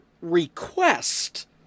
request